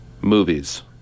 movies